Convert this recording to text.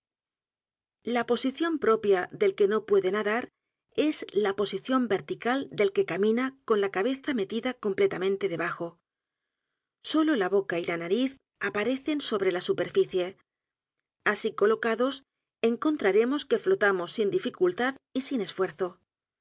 la posición propia del que no puede nadar es la posición vertical del que camina con la cabeza metida completamente debajo sólo la boca y la nariz aparecen sobre la superficie así colocados encontraremos que flotamos sin dificultad y sin esfuerzo